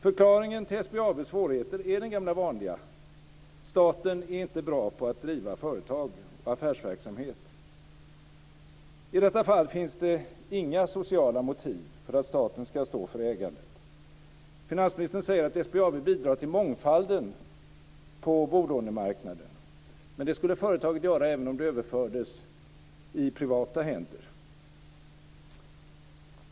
Förklaringen till SBAB:s svårigheter är den gamla vanliga - staten är inte bra på att driva företag och affärsverksamhet. I detta fall finns det inga sociala motiv för att staten ska stå för ägandet. Finansministern säger att SBAB bidrar till mångfalden på bolånemarknaden. Men det skulle företaget göra även om det överfördes i privata händer.